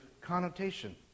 connotation